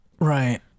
right